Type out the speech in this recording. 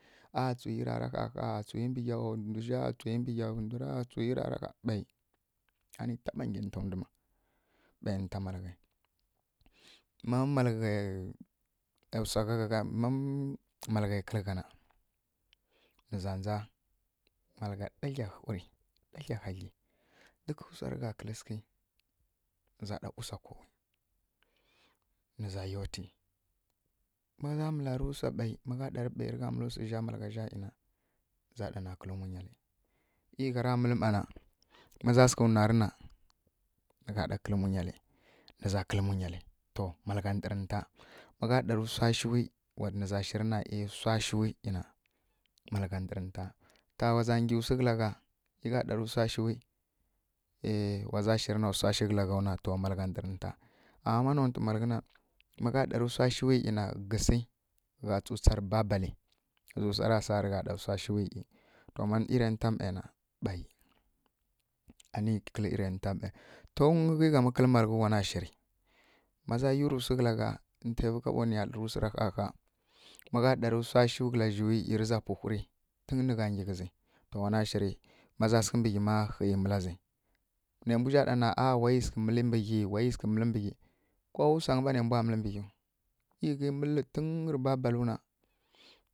Ahh tsuyi rarab ɦaɦa ahh tsuyi mbǝgha nduzja tsuyi mbe gha ndwura ɓei ani taɓa ngyi ninta ndwima ɓei ninta malǝghi ma malǝghe kǝli ghana nǝza ndza malgha ɗagla whuri ɗagla hagli duk wsa regha kǝlǝ sǝghǝ nǝgheza ɗa usako nǝza yoti maza mǝlarǝ wsa ɓei magha ɗarǝ ɓei righa mǝlu wsuzja mǝlaghazja nǝzja ɗana kǝlu munyali e ghara mǝlǝ ma na ma za sǝghǝ wnera ghana nǝgha ɗa kǝlu munyali nǝza kǝl munyali to malgha nder nǝta magha ɗarǝ wsashuwi na wa shǝri wsashuwi na to malgha ndǝre ninta ta waza yu wsi kǝlagha na ma gha ɗarǝna wsashuwi na eh waza shirǝna wsashuwi na mǝlgha ndǝr ninta ama ma nontǝ malghǝna magha ɗari wsashuwi na gǝsi wa tsu tsǝ rǝ babali ghezi wsara saa rǝnja ɗana wsashuwi ama iranta ˈme na ɓei anirǝ kǝlǝ irinta ma tun ghi ghamǝ kǝlǝ malghu wana shiri maza yurǝ wsu kǝlagha ntǝvǝ kaɓo niya nmǝlǝ wsura ɦaaɦaa magha ɗari wsashi kǝlazjiwi rǝza pwu whuri tun nǝgha nghi ghǝzi to wana shiri maza sǝghǝmbǝ ghina ɦeiyi mǝlazi ne mbu zja ɗana ahh wayi sǝghǝ mǝlǝ mbe ghi wayi seghǝ mǝlǝ mbe ghi ko wuwsangyi ɓa ne mbwa mǝlǝ mbǝ ghiu e ghi mǝllǝ tun mbe ghiu na